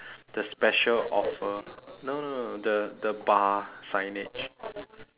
the special offer no no no the the bar signage